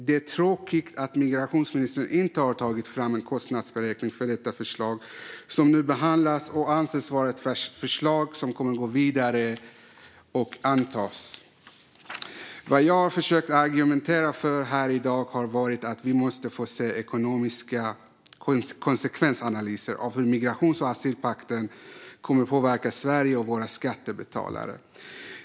Det är tråkigt att migrationsministern inte har tagit fram en kostnadsberäkning för detta förslag, som nu behandlas och anses vara ett förslag som kommer att gå vidare och antas. Vad jag har försökt att argumentera för här i dag är att vi måste få se ekonomiska konsekvensanalyser av hur migrations och asylpakten kommer att påverka Sverige och våra skattebetalare.